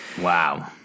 Wow